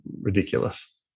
ridiculous